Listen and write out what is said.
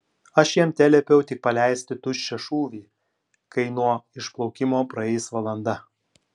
aš jam teliepiau tik paleisti tuščią šūvį kai nuo išplaukimo praeis valanda